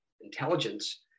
intelligence